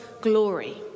glory